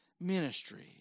ministry